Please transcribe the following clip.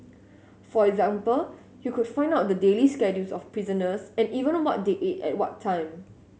for example you could find out the daily schedules of prisoners and even what they ate at what time